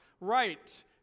right